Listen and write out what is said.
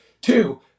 Two